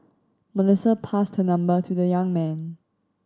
Melissa passed her number to the young man